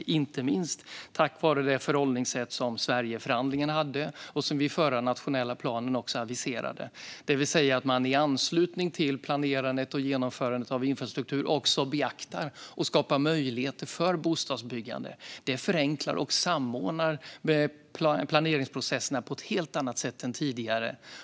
Det har inte minst skett tack vare det förhållningssätt som Sverigeförhandlingen hade och som vi i den förra nationella planen aviserade. I anslutning till planerandet och genomförandet av infrastruktur ska man alltså också beakta och skapa möjlighet för bostadsbyggande. Det förenklar och samordnar planeringsprocesserna på ett helt annat sätt än tidigare.